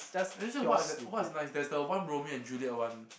what's that what's nice there's a one Romeo and Juliet one